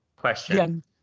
Question